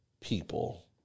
people